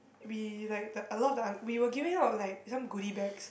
we like the a lot of the we were giving out like some goodie bags